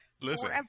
Listen